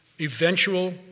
eventual